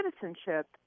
citizenship